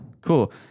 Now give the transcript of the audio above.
Cool